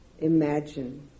imagine